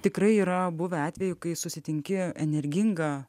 tikrai yra buvę atvejų kai susitinki energingą